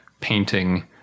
painting